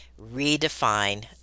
redefine